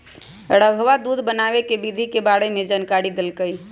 रधवा दूध बनावे के विधि के बारे में जानकारी देलकई